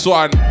one